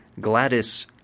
Gladys